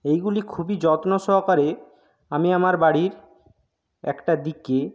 এইগুলি খুবই যত্ন সহকারে আমি আমার বাড়ির একটা দিকে